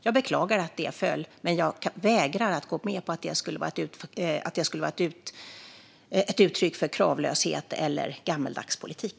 Jag beklagar att det föll, men jag vägrar att gå med på att det skulle vara ett uttryck för kravlöshet eller gammaldags politik.